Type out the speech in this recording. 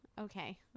okay